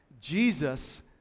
Jesus